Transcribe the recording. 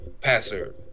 passer